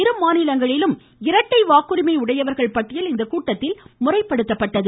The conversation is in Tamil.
இருமாநிலங்களிலும் இரட்டை வாக்குரிமை உடையவர்கள் பட்டியல் இந்த கூட்டத்தில் முறைப்படுத்தப்பட்டது